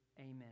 amen